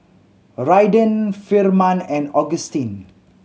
Raiden Firman and Augustine